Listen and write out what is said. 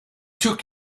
took